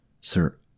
Sir